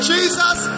Jesus